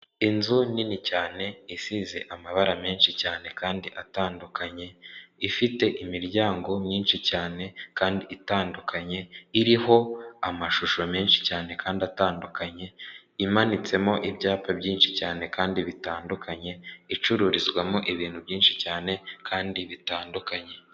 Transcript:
Inzu nini cyane isize amabara menshi cyane kandi atandukanye, ifite imiryango myinshi cyane kandi itandukanye, iriho amashusho menshi cyane kandi atandukanye, imanitsemo ibyapa byinshi cyane kandi bitandukanye, icururizwamo ibintu byinshi cyane kandi bitandukanye.